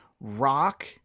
Rock